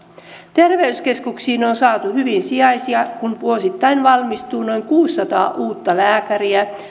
terveyskeskuksiin on saatu hyvin sijaisia kun vuosittain valmistuu noin kuusisataa uutta lääkäriä